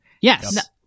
Yes